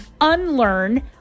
unlearn